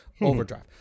overdrive